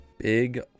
Big